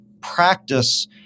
practice